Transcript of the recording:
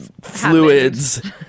fluids